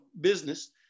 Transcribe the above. business